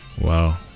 Wow